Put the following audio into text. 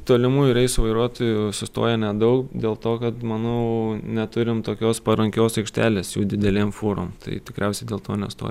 tolimųjų reisų vairuotojų sustoja nedaug dėl to kad manau neturim tokios parankios aikštelės jų didelėm fūrom tai tikriausiai dėl to nestoja